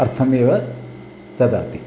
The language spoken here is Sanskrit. अर्थमेव ददाति